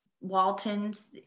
waltons